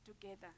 together